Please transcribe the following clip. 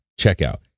checkout